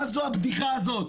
מה זו הבדיחה הזאת?